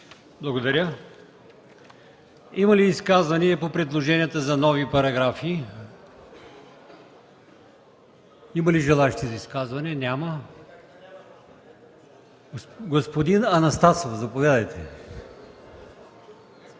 ИМАМОВ: Има ли изказвания по предложенията за нови параграфи? Има ли желаещи за изказвания? Господин Анастасов, заповядайте.